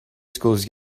schools